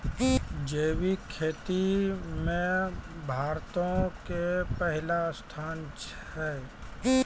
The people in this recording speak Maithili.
जैविक खेती मे भारतो के पहिला स्थान छै